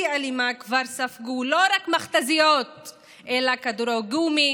אלימה כבר ספגו לא רק מכת"זיות אלא כדורי גומי